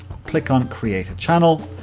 click on create channel,